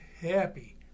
happy